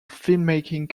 filmmaking